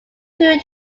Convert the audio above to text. two